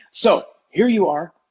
so here you are,